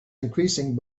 increasing